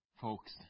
Folks